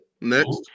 Next